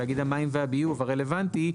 תאגיד המים והביוב הרלוונטי,